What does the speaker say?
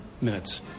minutes